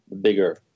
bigger